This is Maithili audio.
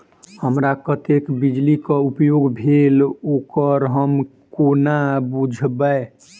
हमरा कत्तेक बिजली कऽ उपयोग भेल ओकर हम कोना बुझबै?